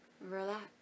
Relax